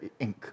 Inc